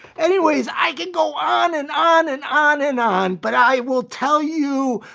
anyways i can go on and on and on and on, but i will tell you,